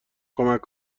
کمک